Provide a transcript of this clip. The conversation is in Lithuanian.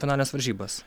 finalines varžybas